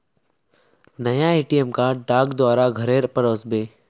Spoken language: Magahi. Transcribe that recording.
नया ए.टी.एम कार्ड डाक द्वारा घरेर पर ओस बे